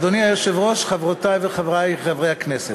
אדוני היושב-ראש, חברותי וחברי חברי הכנסת,